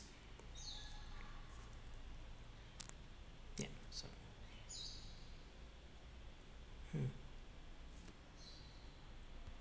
ya so hmm